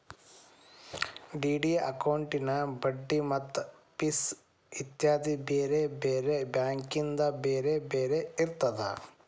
DD ಅಕೌಂಟಿನ್ ಬಡ್ಡಿ ಮತ್ತ ಫಿಸ್ ಇತ್ಯಾದಿ ಬ್ಯಾರೆ ಬ್ಯಾರೆ ಬ್ಯಾಂಕಿಂದ್ ಬ್ಯಾರೆ ಬ್ಯಾರೆ ಇರ್ತದ